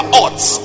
odds